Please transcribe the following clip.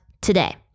today